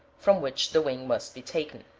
from which the wing must be taken.